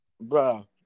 Bro